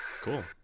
cool